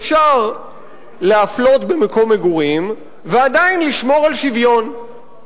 שאפשר להפלות במקום מגורים ועדיין לשמור על שוויון,